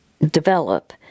develop